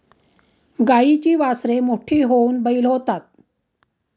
गाईची वासरे मोठी होऊन बैल होतात